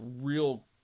real